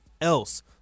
else